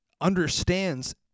understands